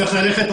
ברשותך,